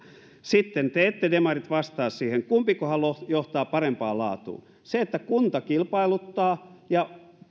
sitten te ette demarit vastaa siihen kumpikohan johtaa parempaan laatuun se että kunta kilpailuttaa ja